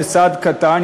זה צעד קטן,